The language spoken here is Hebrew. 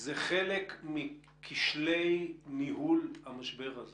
זה חלק מכשלי ניהול המשבר הזה